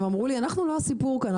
הם אמרו לי אנחנו לא הסיפור כאן,